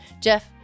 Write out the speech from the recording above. Jeff